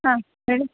ಹಾಂ ಹೇಳಿ